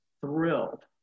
thrilled